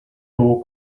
low